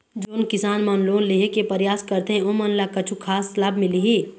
जोन किसान मन लोन लेहे के परयास करथें ओमन ला कछु खास लाभ मिलही?